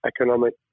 economic